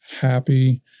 happy